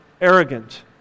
arrogant